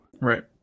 Right